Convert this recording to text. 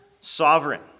sovereign